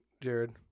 Jared